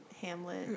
Hamlet